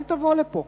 אל תבוא לפה.